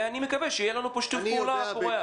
אני מקווה שיהיה לנו פה שיתוף פעולה פורה.